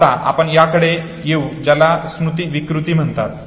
आता आपण त्याकडे येऊ ज्याला स्मृती विकृती म्हणतात